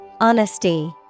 Honesty